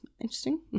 interesting